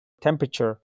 temperature